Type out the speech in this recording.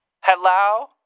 Hello